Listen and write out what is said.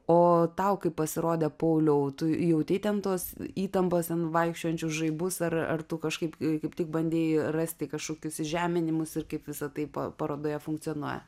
o tau kai pasirodė pauliau tu jautei ten tos įtampas ten vaikščiojančius žaibus ar tu kažkaip kaip tik bandei rasti kažkokius įžeminimus ir kaip visa tai parodoje funkcionuoja